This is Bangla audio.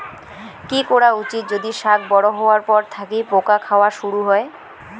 কি করা উচিৎ যদি শাক বড়ো হবার পর থাকি পোকা খাওয়া শুরু হয়?